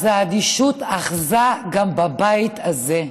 אז האדישות אחזה גם בבית הזה.